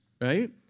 right